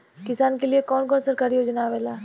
किसान के लिए कवन कवन सरकारी योजना आवेला?